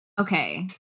Okay